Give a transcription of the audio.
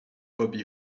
bobby